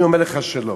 אני אומר לך שלא.